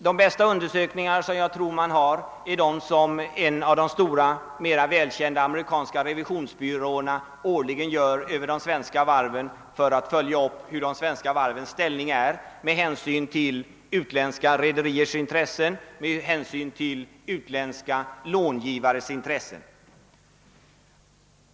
De bästa undersökningar som jag tror finns är de som en av de stora, mera välkända amerikanska revisionsbyråerna årligen gör över de svenska varven för att följa upp dessas ställning med hänsyn till utländska rederiers och utländska långivares intressen.